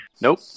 Nope